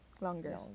longer